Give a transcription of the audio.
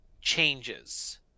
changes